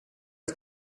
att